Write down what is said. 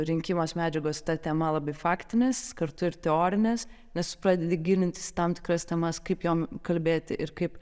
rinkimas medžiagos ta tema labai faktinės kartu ir teorinės nes tu pradedi gilintis į tam tikras temas kaip jom kalbėti ir kaip